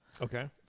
Okay